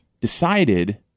decided